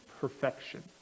perfection